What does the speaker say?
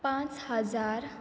पांच हजार